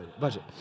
budget